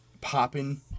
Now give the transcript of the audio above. popping